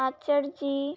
আচার্য্যী